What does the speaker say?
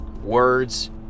words